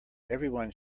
everyone